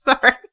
sorry